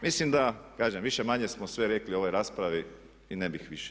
Mislim da kažem više-manje smo sve rekli u ovoj raspravi i ne bih više dalje.